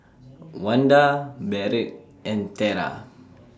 Wanda Barrett and Tera